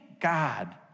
God